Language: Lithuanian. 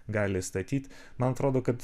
gali statyt man atrodo kad